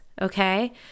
okay